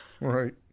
Right